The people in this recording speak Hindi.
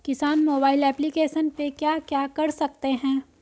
किसान मोबाइल एप्लिकेशन पे क्या क्या कर सकते हैं?